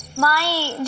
my